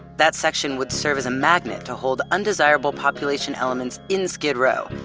that section would serve as a magnet to hold undesirable population elements in skid row,